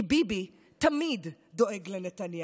כי ביבי תמיד דואג לנתניהו.